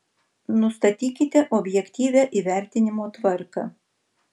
nustatykite objektyvią įvertinimo tvarką